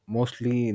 Mostly